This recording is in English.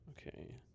okay